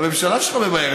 הממשלה שלך ממהרת.